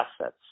assets